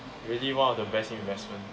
really one of the best investment